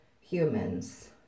humans